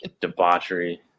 Debauchery